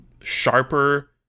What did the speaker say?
sharper